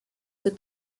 with